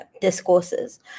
discourses